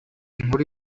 inkuru